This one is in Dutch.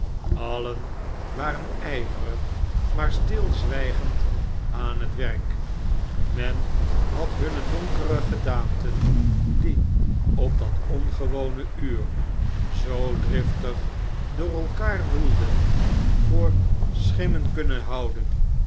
allen waren ijverig maar stilzwijgend aan het werk men had hunne donkere gedaanten die op dat ongewone uur zoo driftig door elkander woelden voor schimmen kunnen houden